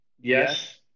yes